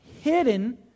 hidden